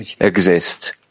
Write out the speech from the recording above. exist